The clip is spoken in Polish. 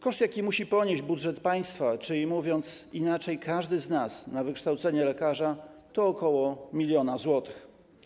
Koszt, jaki musi ponieść budżet państwa, czyli, mówiąc inaczej, każdy z nas, na wykształcenie lekarza, to ok. 1 mln zł.